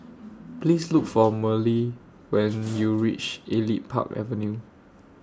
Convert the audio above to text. Please Look For Merle when YOU REACH Elite Park Avenue